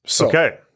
Okay